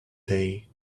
day